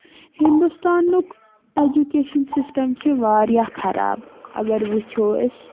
ہِنٛدُستانُک education system چھِ واریاہ خراب اگر وٕچھو أسۍ